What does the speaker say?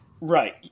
right